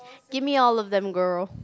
gimme all of them girl